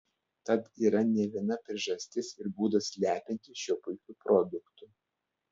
tad yra ne viena priežastis ir būdas lepintis šiuo puikiu produktu